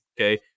okay